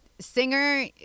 singer